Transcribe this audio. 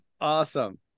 awesome